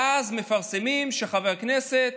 ואז מפרסמים שחבר כנסת